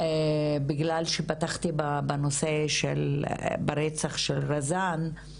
בגלל שפתחתי את הישיבה היום בנושא הרצח של רזאן,